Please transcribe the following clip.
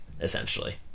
essentially